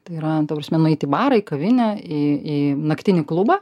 tai yra ta prasme nueit į barą į kavinę į į naktinį klubą